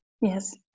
Yes